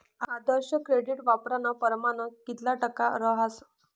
आदर्श credit वापरानं परमाण कितला टक्का रहास